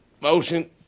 Motion